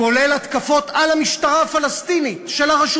כולל התקפות על המשטרה הפלסטינית של הרשות